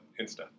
Insta